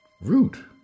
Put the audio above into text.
root